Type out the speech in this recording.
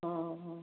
ହଁ ହଁ